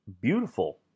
beautiful